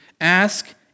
Ask